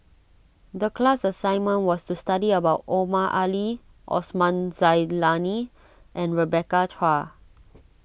the class assignment was to study about Omar Ali Osman Zailani and Rebecca Chua